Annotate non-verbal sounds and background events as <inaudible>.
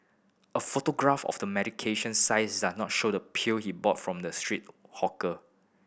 a photograph of the medication <unintelligible> does not show the pill he bought from the street hawker